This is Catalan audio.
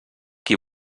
qui